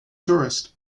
tourists